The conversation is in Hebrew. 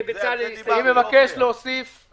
כן, אבל היה אפשר להכניס לשר